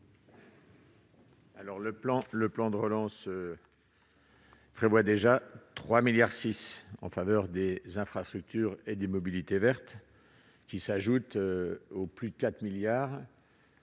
Le plan de relance prévoit déjà 3,6 milliards d'euros en faveur des infrastructures et des mobilités vertes, qui s'ajoutent aux 4 milliards